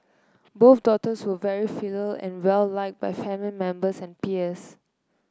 both daughters were very filial and well like by family members and peers